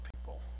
people